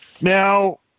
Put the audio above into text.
Now